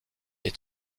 est